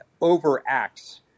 overacts